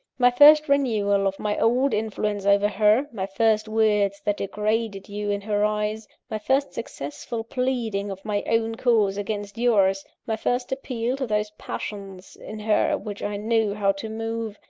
my first renewal of my old influence over her, my first words that degraded you in her eyes, my first successful pleading of my own cause against yours, my first appeal to those passions in her which i knew how to move,